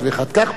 כך פעם.